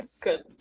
good